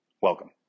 Welcome